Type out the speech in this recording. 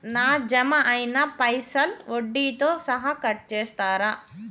నా జమ అయినా పైసల్ వడ్డీతో సహా కట్ చేస్తరా?